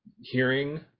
hearing